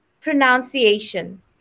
pronunciation